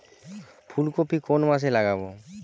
ফুলকপি কোন মাসে লাগাবো?